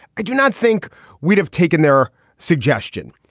i do not think we'd have taken their suggestion.